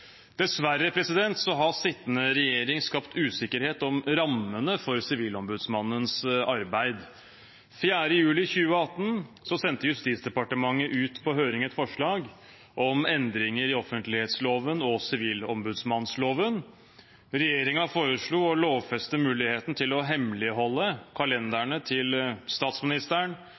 Dessverre har den sittende regjeringen skapt usikkerhet om rammene for Sivilombudsmannens arbeid. Den 4. juli 2018 sendte Justis- og beredskapsdepartementet ut på høring et forslag om endringer i offentlighetsloven og sivilombudsmannsloven. Regjeringen foreslo å lovfeste muligheten til å hemmeligholde kalenderne til statsministeren